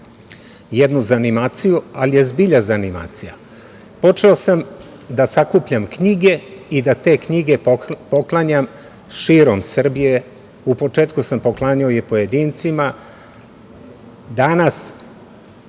jednu zanimaciju, ali je zbilja zanimacija. Počeo sam da sakupljam knjige i da te knjige poklanjam širom Srbije. U početku sam poklanjao pojedincima, danas